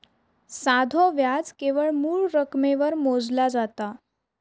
साधो व्याज केवळ मूळ रकमेवर मोजला जाता